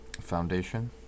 Foundation